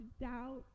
doubt